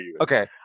Okay